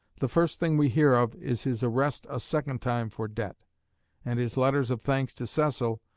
the first thing we hear of is his arrest a second time for debt and his letters of thanks to cecil,